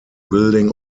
building